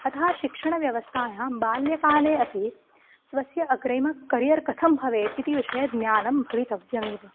अतः शिक्षणव्यवस्थायां बाल्यकाले अपि स्वस्य अग्रिमं करियर् कथं भवेत् इति विषये ज्ञानं भवितव्यमेव